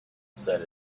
said